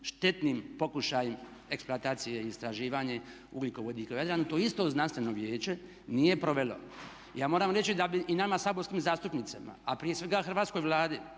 štetnim pokušajem eksploatacije i istraživanjem ugljikovodika u Jadranu to isto znanstveno vijeće nije provelo. Ja moram reći da bi i nama saborskim zastupnicima a prije svega Hrvatskoj vladi